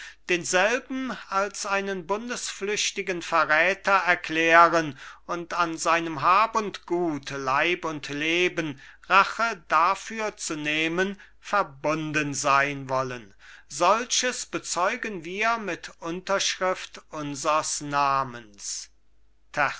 denselben als einen bundesflüchtigen verräter erklären und an seinem hab und gut leib und leben rache dafür zu nehmen verbunden sein wollen solches bezeugen wir mit unterschrift unsers namens